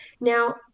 now